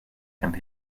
and